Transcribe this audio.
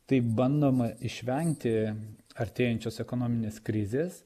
taip bandoma išvengti artėjančios ekonominės krizės